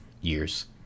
years